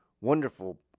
wonderful